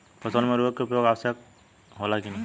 फसल में उर्वरक के उपयोग आवश्यक होला कि न?